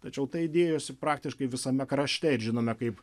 tačiau tai dėjosi praktiškai visame krašte ir žinome kaip